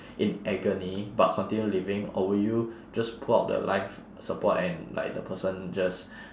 in agony but continue living or will you just pull out the life support and like the person just